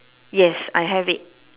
yes I have it